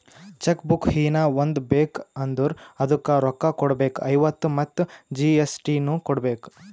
check book ಹೀನಾ ಒಂದ್ ಬೇಕ್ ಅಂದುರ್ ಅದುಕ್ಕ ರೋಕ್ಕ ಕೊಡ್ಬೇಕ್ ಐವತ್ತ ಮತ್ ಜಿ.ಎಸ್.ಟಿ ನು ಕೊಡ್ಬೇಕ್